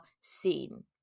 seen